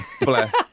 bless